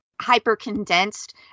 hyper-condensed